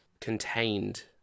contained